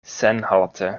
senhalte